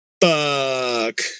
fuck